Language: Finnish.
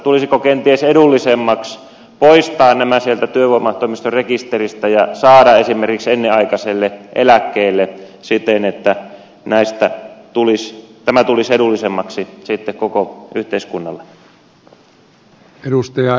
tulisiko kenties edullisemmaksi poistaa nämä sieltä työvoimatoimiston rekisteristä ja saada esimerkiksi ennenaikaiselle eläkkeelle siten että tämä tulisi edullisemmaksi sitten koko yhteiskunnalle